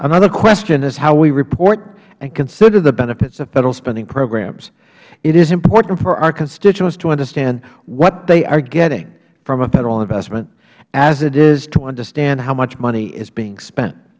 another question is how we report and consider the benefits of federal spending programs it is important for our constituents to understand what they are getting from a federal investment as it is to understand how much money is being spent